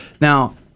Now